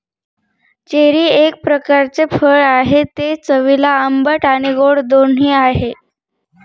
cherry एक प्रकारचे फळ आहे, ते चवीला आंबट आणि गोड दोन्ही आहे